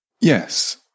Yes